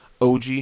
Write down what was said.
og